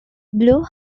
blue